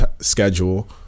schedule